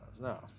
No